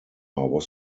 was